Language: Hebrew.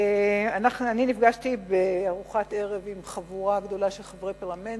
אני נפגשתי בארוחת ערב עם חבורה גדולה של חברי פרלמנט,